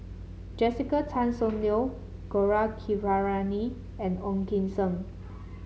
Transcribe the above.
Jessica Tan Soon Neo Gaurav Kripalani and Ong Kim Seng